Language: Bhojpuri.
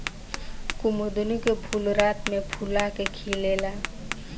कुमुदिनी के फूल रात में फूला के खिलेला